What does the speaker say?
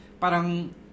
parang